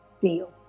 deal